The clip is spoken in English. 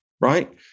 right